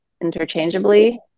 interchangeably